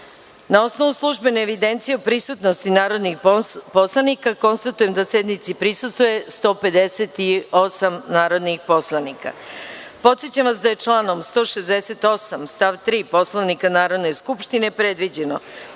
osnovu službene evidencije o prisutnosti narodnih poslanika, konstatujem da sednici prisustvuje 158 narodnih poslanika. Podsećam vas da je članom 168. stav 3. Poslovnika Narodne skupštine predviđeno